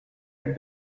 had